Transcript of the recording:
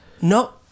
No